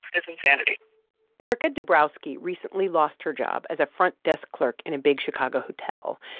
it's insanity erica dabrowski recently lost her job as a front desk clerk in a big chicago hotel.